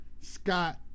Scott